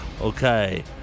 Okay